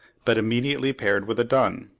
but immediately paired with a dun.